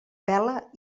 pela